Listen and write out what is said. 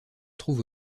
trouve